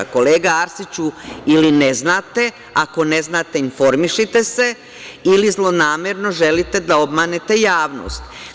Kolega Arsiću, ili ne znate, ako ne znate, informišite se, ili zlonamerno želite da obmanete javnost.